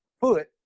foot